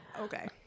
okay